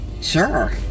sure